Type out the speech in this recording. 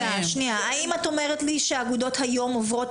האם את אומרת לי שהאגודות היום עוברות